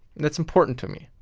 that is important to me.